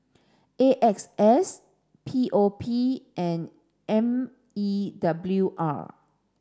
A X S P O P and M E W R